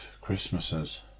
Christmases